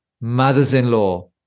mothers-in-law